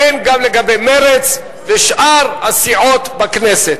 וכן, גם לגבי מרצ ושאר הסיעות בכנסת.